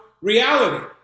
reality